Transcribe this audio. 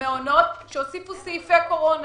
ומעונות שהוסיפו סעיפי קורונה.